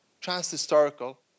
trans-historical